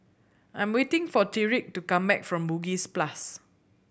I am waiting for Tyrik to come back from Bugis plus